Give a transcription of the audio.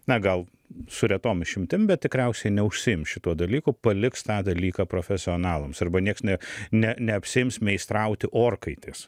na gal su retom išimtim bet tikriausiai neužsiims šituo dalyku paliks tą dalyką profesionalams arba nieks ne ne neapsiims meistrauti orkaitės